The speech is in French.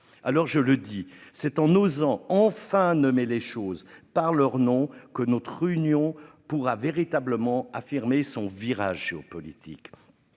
Alors je le dis c'est en osant enfin nommer les choses par leur nom que notre union pourra véritablement affirmer son virage géopolitique.